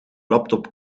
laptop